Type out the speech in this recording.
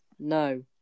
No